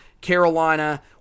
Carolina